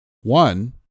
One